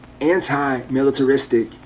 anti-militaristic